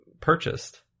purchased